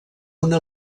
una